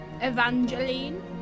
Evangeline